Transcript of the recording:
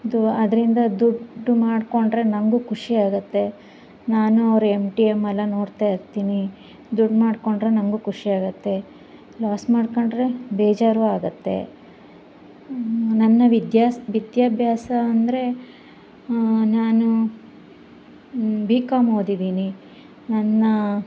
ಇದು ಅದರಿಂದ ದುಡ್ಡು ಮಾಡಿಕೊಂಡ್ರೆ ನನಗೂ ಖುಷಿ ಆಗುತ್ತೆ ನಾನು ಅವ್ರ ಎಮ್ ಟಿ ಎಮ್ ಎಲ್ಲ ನೋಡ್ತಾ ಇರ್ತೀನಿ ದುಡ್ಡು ಮಾಡಿಕೊಂಡ್ರೆ ನನಗೂ ಖುಷಿ ಆಗುತ್ತೆ ಲಾಸ್ ಮಾಡ್ಕೊಂಡ್ರೆ ಬೇಜಾರೂ ಆಗುತ್ತೆ ನನ್ನ ವಿದ್ಯಾಸ್ ವಿದ್ಯಾಭ್ಯಾಸ ಅಂದರೆ ಹಾಂ ನಾನು ಬಿ ಕಾಮ್ ಓದಿದ್ದೀನಿ ನನ್ನ